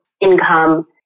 income